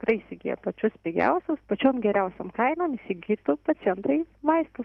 tikrai įsigyja pačius pigiausius pačiom geriausiom kainom įsigytų pacientai vaistus